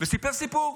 וסיפר סיפור,